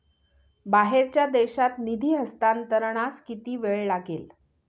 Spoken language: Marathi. बाहेरच्या देशात निधी हस्तांतरणास किती वेळ लागेल?